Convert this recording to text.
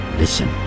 Listen